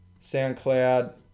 SoundCloud